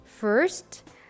First